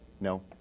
No